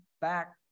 back